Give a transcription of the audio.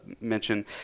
mention